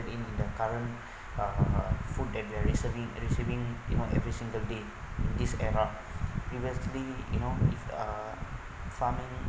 in the current uh food and preserving you know preserving these day this cannot previously you know if uh farming